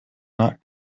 not